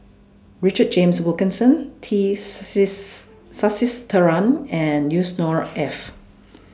Richard James Wilkinson tees says Sasitharan and Yusnor Ef